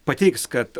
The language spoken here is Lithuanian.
pateiks kad